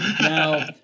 Now